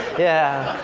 yeah.